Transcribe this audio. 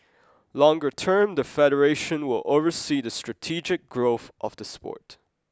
longer term the federation will oversee the strategic growth of the sport